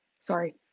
sorry